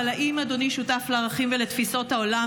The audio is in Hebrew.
אבל האם אדוני שותף לערכים ולתפיסות העולם